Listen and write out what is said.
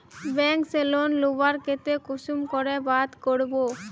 Bank से loan लुबार केते कुंसम करे बात करबो?